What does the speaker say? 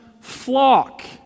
flock